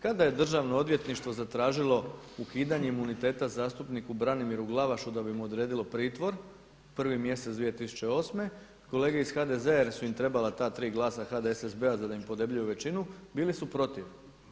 Kada je državno odvjetništvo zatražilo ukidanje imuniteta zastupniku Branimiru Glavašu da bi mu odredilo pritvor, 1. mjesec 2008. kolege iz HDZ-a jer su im trebala ta tri glasa HDSSB-a da im podebljaju većinu bili su protiv.